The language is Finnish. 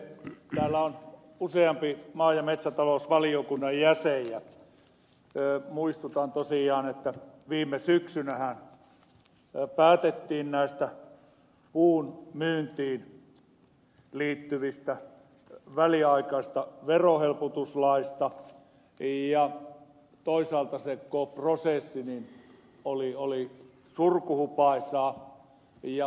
täällä on useampi maa ja metsätalousvaliokunnan jäsen ja muistutan tosiaan että viime syksynähän päätettiin näistä puun myyntiin liittyvistä väliaikaisista verohelpotuslaeista toisaalta se koko prosessi oli surkuhupaisa